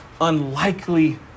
unlikely